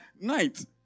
night